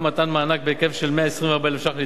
מתן מענק בהיקף של 124,000 שקלים לדירה,